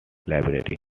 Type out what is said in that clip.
library